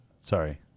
Sorry